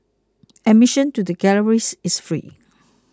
admission to the galleries is free